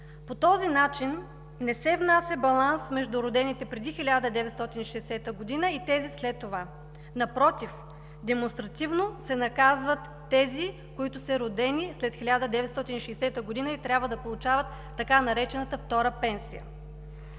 По този начин не се внася баланс между родените преди 1960 г. и тези след това. Напротив, демонстративно се наказват тези, които са родени след 1960 г. и трябва да получават така наречената втора пенсия.